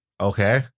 Okay